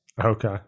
Okay